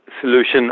solution